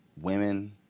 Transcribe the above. women